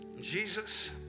Jesus